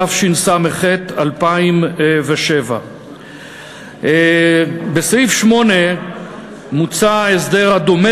התשס"ח 2007. בסעיף 8 מוצע הסדר הדומה